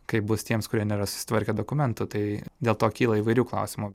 kaip bus tiems kurie nėra susitvarkę dokumentų tai dėl to kyla įvairių klausimų